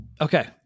Okay